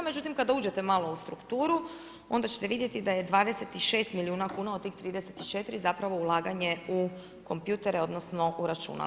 Međutim, kada uđete malo u strukturu onda ćete vidjeti da je 26 milijuna kuna od tih 34 zapravo ulaganje u kompjutere, odnosno, u računala.